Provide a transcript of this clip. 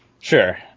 Sure